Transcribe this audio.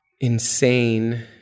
insane